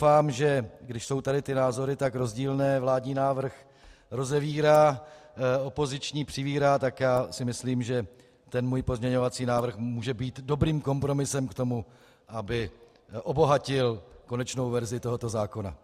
Doufám, že když tu jsou názory tak rozdílné vládní návrh rozevírá, opoziční přivírá tak si myslím, že můj pozměňovací návrh může být dobrým kompromisem k tomu, aby obohatil konečnou verzi tohoto zákona.